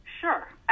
Sure